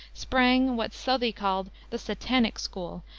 sprang what southey called the satanic school,